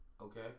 okay